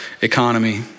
economy